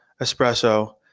espresso